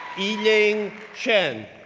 yilin chen,